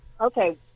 Okay